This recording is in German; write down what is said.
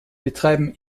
betreiben